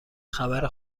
خبر